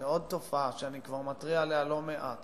זו עוד תופעה שאני כבר מתריע עליה לא מעט,